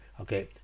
Okay